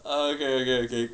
okay okay okay